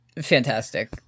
Fantastic